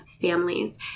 families